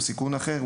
או סיכון אחר,